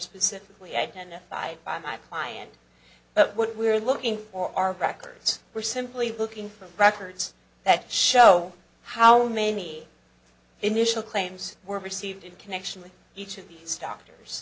specifically identified by my client but what we're looking for are records were simply looking for records that show how many initial claims were received in connection with each of these doctors